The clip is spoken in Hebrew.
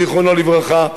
זיכרונו לברכה,